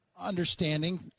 understanding